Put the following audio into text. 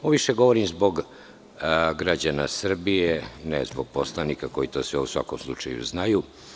Ovo više govorim zbog građana Srbije, ne zbog poslanika koji to sve u svakom slučaju znaju.